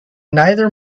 neither